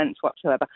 whatsoever